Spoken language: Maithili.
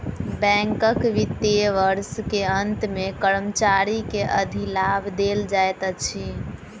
बैंकक वित्तीय वर्ष के अंत मे कर्मचारी के अधिलाभ देल जाइत अछि